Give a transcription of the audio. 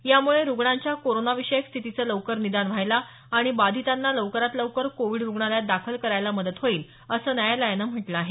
यामुळे रुग्णांच्या कोरोनाविषयक स्थितीचं लवकर निदान व्हायला आणि बाधितांना लवकरात लवकर कोविड रुग्णालयात दाखल करायला मदत होईल असं न्यायालयानं म्हटलं आहे